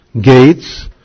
gates